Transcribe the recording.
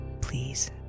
Please